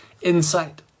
insight